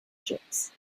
ships